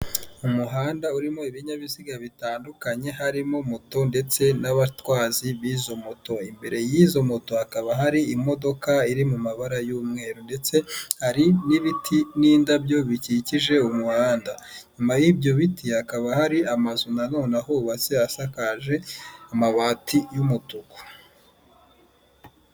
Umuhanda urimo ibinyabiziga bitandukanye harimo: moto ndetse n'abatwazi b'izo moto imbere y'izo moto, imbere y'izo moto hakaba hari imodoka iri mu mabara y'umweru ndetse hari n'ibiti n'indabyo bikikije umuhanda, nyuma y'ibyo biti hakaba hari amazu nonene ahubatse asakaje amabati y'umutuku.